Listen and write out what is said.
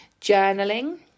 journaling